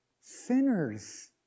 Sinners